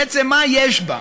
בעצם, מה יש בה?